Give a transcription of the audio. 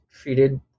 treated